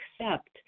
accept